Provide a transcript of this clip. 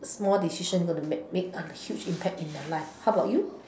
small decision going to make make on a huge impact in the life how about you